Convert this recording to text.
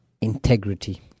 integrity